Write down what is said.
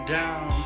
down